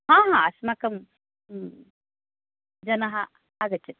हा हा अस्माकं जनाः आगच्छति